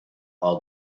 all